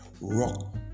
rock